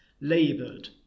laboured